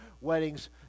weddings